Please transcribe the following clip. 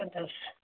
اَدٕ حظ